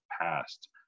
past